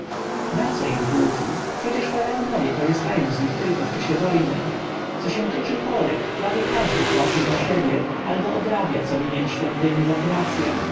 naco im pułki przecież faraonowie korzystają z nich tylko w czasie wojny co się tycze chorych prawie każdy płaci za siebie albo odrabia co winien świątyni za kurację